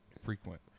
frequent